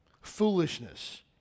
Foolishness